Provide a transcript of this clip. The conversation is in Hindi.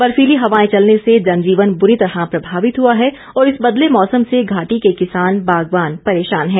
बर्फिली हवाएं चलने से जनजीवन बुरी तरह प्रभावित हुआ है और इस बदले मौसम से घाटी के किसान बागवान परेशान है